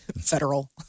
Federal